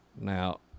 Now